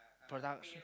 production